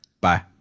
Bye